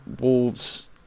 Wolves